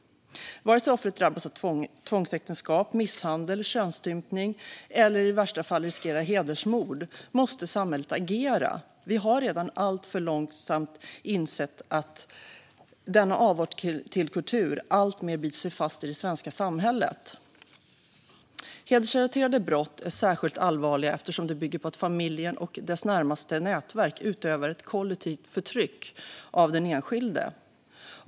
Vare sig offret utsätts för tvångsäktenskap, misshandel eller könsstympning eller i värsta fall riskerar hedersmord måste samhället agera. Vi har redan varit alltför långsamma med att inse att denna avart till kultur alltmer biter sig fast i det svenska samhället. Hedersrelaterade brott är särskilt allvarliga eftersom de bygger på att familjen och dess närmaste nätverk utövar ett kollektivt förtryck av den enskilde.